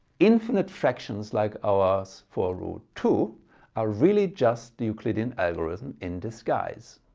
infinite fractions like ours for root two are really just the euclidean algorithm in disguise.